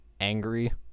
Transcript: angry